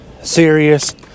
serious